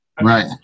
Right